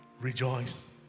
Rejoice